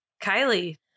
Kylie